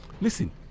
Listen